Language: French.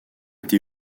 été